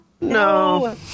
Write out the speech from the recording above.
No